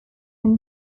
can